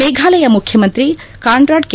ಮೇಘಾಲಯ ಮುಖ್ಯಮಂತ್ರಿ Conrad K